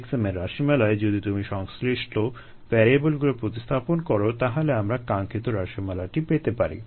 xm এর রাশিমালায় যদি তুমি সংশ্লিষ্ট ভ্যারিয়েবলগুলো প্রতিস্থাপন করো তাহলে আমরা কাঙ্ক্ষিত রাশিমালাটি পেতে পারি